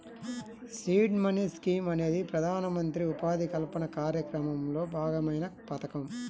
seed money scheme అనేది ప్రధానమంత్రి ఉపాధి కల్పన కార్యక్రమంలో భాగమైన పథకం